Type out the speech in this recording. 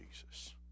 Jesus